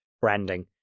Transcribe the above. branding